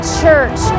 church